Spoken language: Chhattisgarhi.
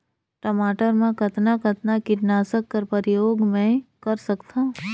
टमाटर म कतना कतना कीटनाशक कर प्रयोग मै कर सकथव?